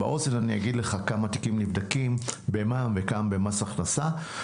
באוזן אני אגיד לך כמה תיקים נבדים במע"מ וכמה במס הכנסה.